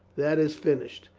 that is finished.